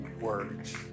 words